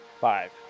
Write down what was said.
Five